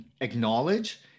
acknowledge